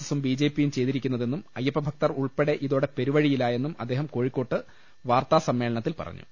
എസും ബിജെപിയും ചെയ്തി രിക്കുന്നതെന്നും അയ്യപ്പഭക്തർ ഉൾപ്പെടെ ഇതോടെ പെരുവഴിയിലാ യെന്നും അദ്ദേഹം കോഴിക്കോട്ട് വാർത്താസമ്മേളനത്തിൽ പറഞ്ഞു